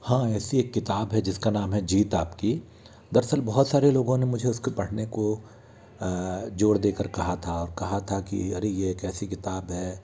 हाँ ऐसी एक किताब है जिसका नाम है जीत आपकी दरअसल बहुत सारे लोगों ने मुझे उसको पढ़ने को ज़ोर दे कर कहा था कहा था कि अरे ये एक ऐसी किताब है